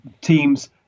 teams